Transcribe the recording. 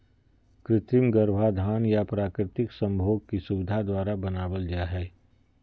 कृत्रिम गर्भाधान या प्राकृतिक संभोग की सुविधा द्वारा बनाबल जा हइ